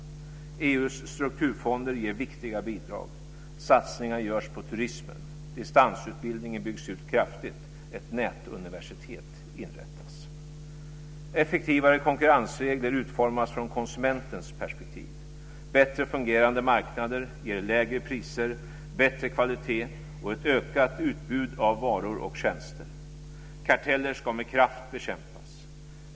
EU:s strukturfonder ger viktiga bidrag. Satsningar görs på turismen. Distansutbildningen byggs ut kraftigt. Ett nätuniversitet inrättas. Effektivare konkurrensregler utformas från konsumentens perspektiv. Bättre fungerande marknader ger lägre priser, bättre kvalitet och ett ökat utbud av varor och tjänster. Karteller ska med kraft bekämpas.